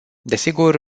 desigur